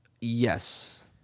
Yes